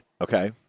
Okay